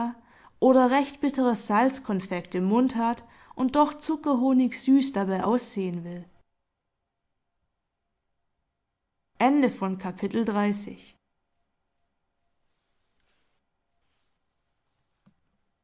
oder recht bitteres salzkonfekt im mund hat und doch zuckerhonigsüß dabei aussehen will